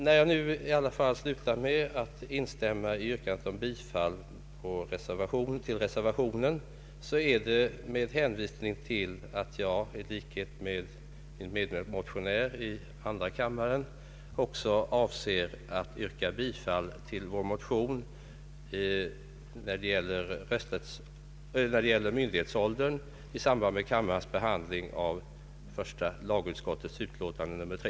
När jag nu i alla fall slutar med att instämma i yrkandet om bifall till reservationen, så är det med hänvisning till att jag i likhet med min medmotionär i andra kammaren också avser att yrka bifall till vår motion beträffande myndighetsåldern i samband med kammarens behandling av första lagutskottets utlåtande nr 3.